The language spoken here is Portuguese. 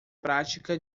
prática